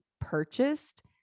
purchased